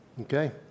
Okay